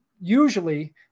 usually